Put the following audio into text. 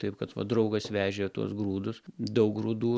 taip kad va draugas vežė tuos grūdus daug grūdų